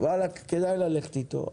כדאי ללכת איתו.